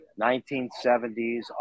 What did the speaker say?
1970s